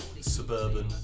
suburban